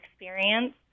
experience